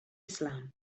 islam